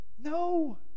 No